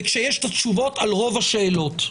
וכשיש תשובות על רוב השאלות.